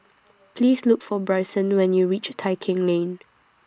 Please Look For Brycen when YOU REACH Tai Keng Lane